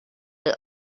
the